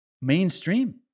mainstream